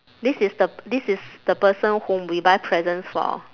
this is the this is the person whom we buy presents for